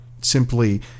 simply